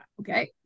okay